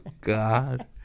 God